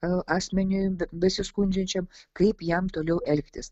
asmeniui besiskundžiančiam kaip jam toliau elgtis